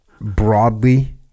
broadly